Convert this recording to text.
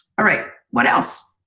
all right, what else?